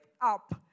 up